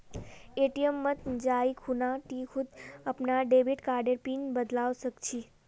ATM मत जाइ खूना टी खुद अपनार डेबिट कार्डर पिन बदलवा सख छि